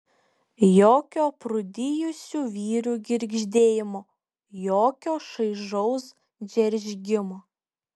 jokio aprūdijusių vyrių girgždėjimo jokio šaižaus džeržgimo